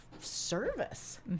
service